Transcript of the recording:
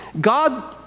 God